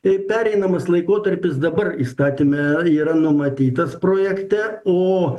tai pereinamasis laikotarpis dabar įstatyme yra numatytas projekte o